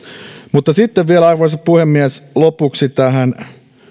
mutta sitten vielä arvoisa puhemies lopuksi tähän